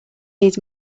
needs